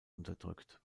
unterdrückt